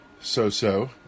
so-so